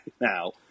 now